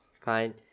Fine